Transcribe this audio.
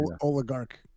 Oligarch